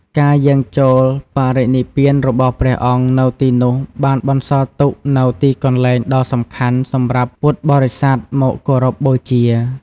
ការយាងចូលបរិនិព្វានរបស់ព្រះអង្គនៅទីនោះបានបន្សល់ទុកនូវទីកន្លែងដ៏សំខាន់សម្រាប់ពុទ្ធបរិស័ទមកគោរពបូជា។